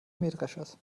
mähdreschers